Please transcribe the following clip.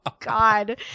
God